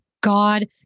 God